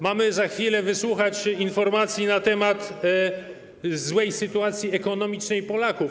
Mamy za chwilę wysłuchać informacji na temat złej sytuacji ekonomicznej Polaków.